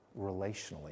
relationally